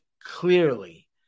clearly